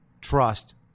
trust